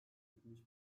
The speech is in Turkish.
yetmiş